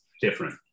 different